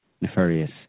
nefarious